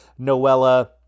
Noella